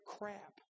crap